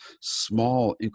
small